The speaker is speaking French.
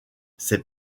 ses